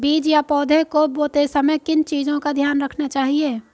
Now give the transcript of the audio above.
बीज या पौधे को बोते समय किन चीज़ों का ध्यान रखना चाहिए?